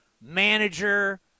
manager